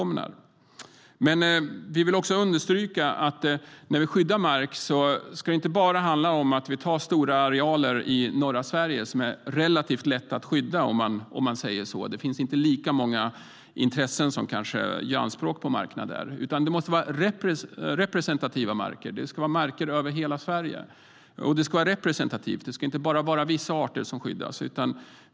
Men vi vill också understryka att när vi skyddar mark ska det inte bara handla om stora arealer i norra Sverige, som är relativt lätta att skydda eftersom inte lika många intressen gör anspråk på markerna där. Det måste vara representativa marker. Det ska vara marker över hela Sverige, och det ska vara representativt. Inte bara vissa arter ska skyddas.